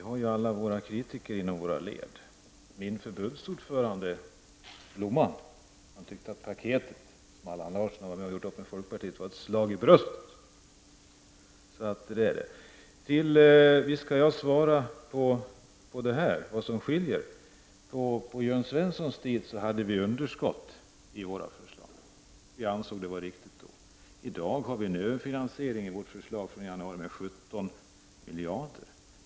Herr talman! Vi har ju alla inom våra led kritiker. Min förbundsordförande ”Blomman”, Leif Blomberg, tyckte att paketet som Allan Larsson hade gjort upp med folkpartiet om var ett slag i bröstet. Visst skall jag svara på Allan Larssons fråga om vad som skiljer när det gäller våra budgetalternativ. På Jörn Svenssons tid hade vi underskott i våra förslag. Vi ansåg att det var riktigt då. I dag har vi en överfinansiering i vårt förslag till budget som presenterades i januari med 17 miljarder kronor.